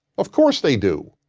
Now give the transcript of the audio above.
of course they do.